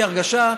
יש לי הרגשה,